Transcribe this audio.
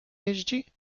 jeździ